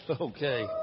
Okay